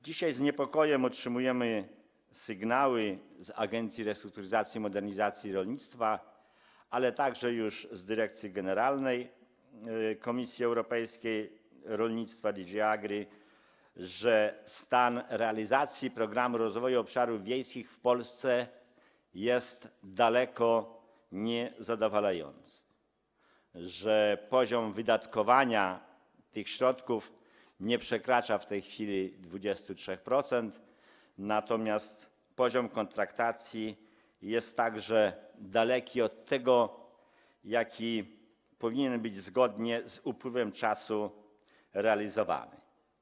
Dzisiaj z niepokojem otrzymujemy sygnały z Agencji Restrukturyzacji i Modernizacji Rolnictwa, ale także z dyrekcji generalnej komisji europejskiej ds. rolnictwa, DG AGRI, że stan realizacji Programu Rozwoju Obszarów Wiejskich w Polsce jest daleko niezadowalający, że poziom wydatkowania tych środków nie przekracza w tej chwili 23%, natomiast poziom kontraktacji jest także daleki od tego, jaki powinien być, zgodnie z upływem czasu, realizowany.